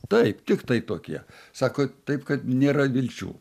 taip tiktai tokie sako taip kad nėra vilčių